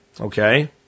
okay